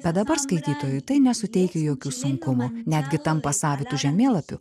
bet dabar skaitytojui tai nesuteikia jokių sunkumų netgi tampa savitu žemėlapiu